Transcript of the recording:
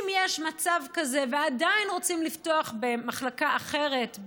אם יש מצב כזה ועדיין רוצים לפתוח מחלקה אחרת,